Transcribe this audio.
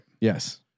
Yes